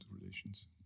relations